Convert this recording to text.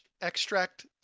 extract